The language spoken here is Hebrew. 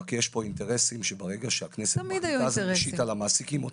רק שיש פה אינטרסים שברגע שהכנסת מחליטה זה משית על המעסיקים הוצאות.